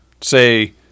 say